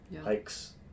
Hikes